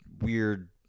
weird